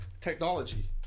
technology